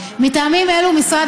מטעמים אלו, משרד